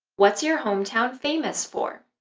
what's your hometown famous for?